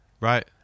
Right